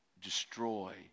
destroy